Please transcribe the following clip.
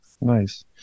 Nice